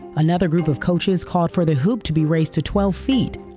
another group of coaches called for the hoop to be raised to twelve feet.